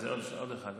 אז עוד אחד.